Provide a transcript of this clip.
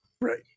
Right